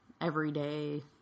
everyday